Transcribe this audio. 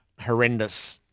horrendous